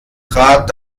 trat